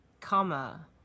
comma